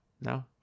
no